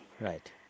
Right